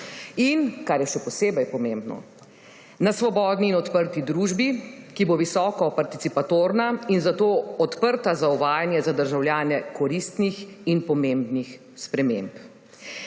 in, kar je še posebej pomembno, na svobodni in odprti družbi, ki bo visokoparticipatorna in zato odprta za uvajanje za državljane koristnih in pomembnih sprememb.